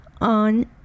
on